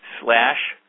slash